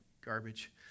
garbage